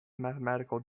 mathematical